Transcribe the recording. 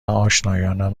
آشنایانم